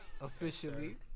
officially